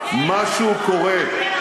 משהו קורה.